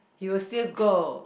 he would still go